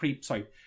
Sorry